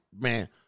man